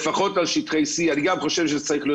לפחות על שטחי C. אני חושב שזה גם צריך להיות